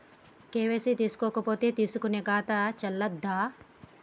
KYC చేసుకోకపోతే తీసుకునే ఖాతా చెల్లదా?